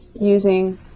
using